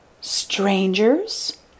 strangers